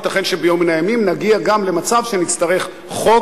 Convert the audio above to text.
ייתכן שביום מן הימים נגיע גם למצב שנצטרך חוק